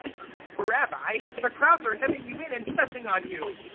rabbi, the crowds are hemming you in and pressing on you.